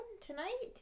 tonight